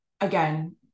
again